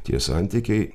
tie santykiai